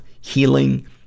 healing